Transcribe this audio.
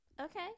Okay